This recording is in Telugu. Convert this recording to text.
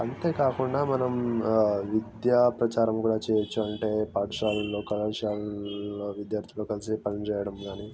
అంతే కాకుండా మనం విద్యా ప్రచారం గూడా చేయవచ్చు అంటే పాఠశాలల్లో కళాశాలల్లో విద్యార్థులు కలిసి పని చేయడం కానీ